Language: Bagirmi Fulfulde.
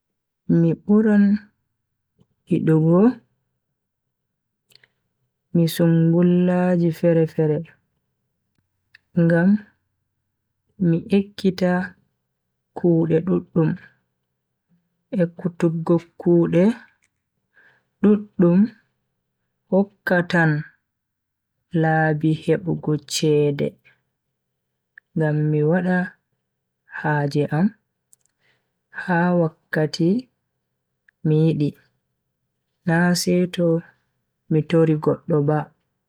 Mi buran yidugo mi sungullaji fere-fere, ngam mi ekkita kuude duddum. ekkutuggo kuude duddum hokkatan labi hebugo chede ngam mi wada haje am ha wakkati mi yidi na seto mi tori goddo ba.